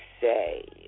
say